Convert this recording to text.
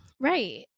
Right